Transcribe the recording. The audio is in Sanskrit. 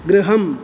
गृहम्